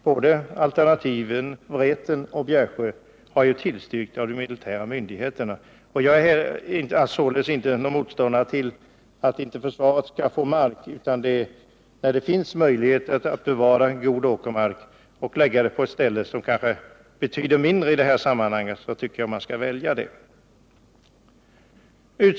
Både alternativet Vreten och alternativet Bjärsjö har ju tillstyrkts av de militära myndigheterna. Jag är således inte motståndare till att försvaret får mark. Men när det finns möjigheter att bevara god åkermark och förlägga skjutfältet till ett område som kanske betyder mindre i detta sammanhang, tycker jag också att man bör välja det området.